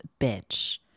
bitch